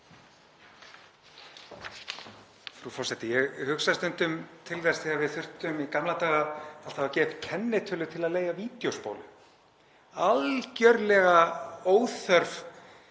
Frú forseti. Ég hugsa stundum til þess þegar við þurftum í gamla daga alltaf að gefa upp kennitölu til að leigja vídeóspólu. Algerlega óþarft